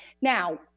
Now